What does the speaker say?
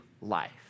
life